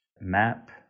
map